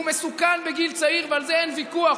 הוא מסוכן בגיל צעיר ועל זה אין ויכוח.